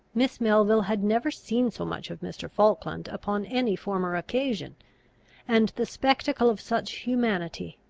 miss melville had never seen so much of mr. falkland upon any former occasion and the spectacle of such humanity,